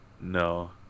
No